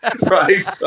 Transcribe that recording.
right